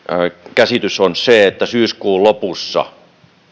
käsitys on nyt se että syyskuun lopussa nämä